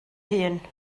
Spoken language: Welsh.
hun